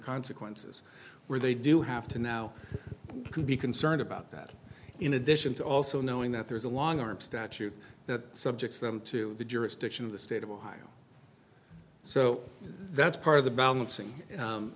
consequences where they do have to now can be concerned about that in addition to also knowing that there's a long arm statute that subjects them to the jurisdiction of the state of ohio so that's part of the balancing